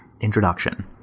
Introduction